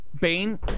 Bane